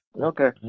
Okay